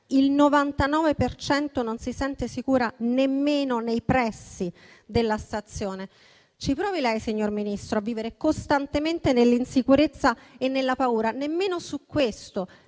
cento non si sente sicura nemmeno nei pressi della stazione. Ci provi lei, signor Ministro, a vivere costantemente nell'insicurezza e nella paura. Nemmeno su questo,